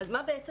אז ממה חששנו?